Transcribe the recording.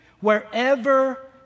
wherever